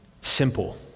Simple